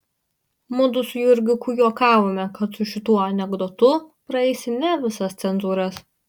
mudu su jurgiuku juokavome kad su šituo anekdotu praeisi ne visas cenzūras